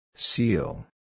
Seal